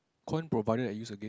coin provided and use again